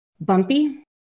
bumpy